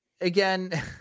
again